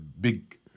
big